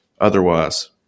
otherwise